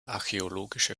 archäologische